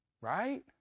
right